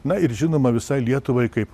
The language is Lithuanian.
na ir žinoma visai lietuvai kaip